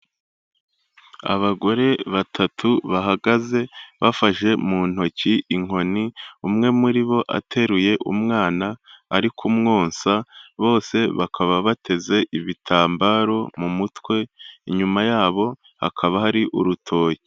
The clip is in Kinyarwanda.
Abagore batatu bahagaze bafashe mu ntoki inkoni, umwe muri bo ateruye umwana ari kumwonsa bose bakaba bateze ibitambaro mu mutwe inyuma yabo hakaba hari urutoki.